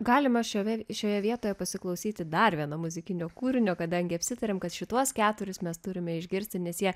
galima šiame šioje vietoje pasiklausyti dar viena muzikinio kūrinio kadangi apsitarėme kad šituos keturis mes turime išgirsti nes jie